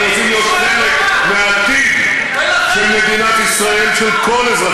הם רוצים להיות חלק מהעתיד של מדינת ישראל,